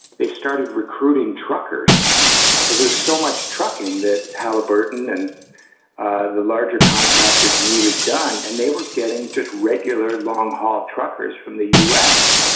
they started recruiting truckers because there's so much trucking that halliburton and the larger contractors needed done. and they were getting just regular long haul truckers from the u s.